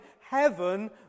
heaven